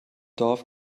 dorf